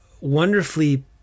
wonderfully